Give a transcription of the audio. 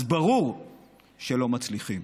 אז ברור שלא מצליחים.